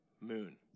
moon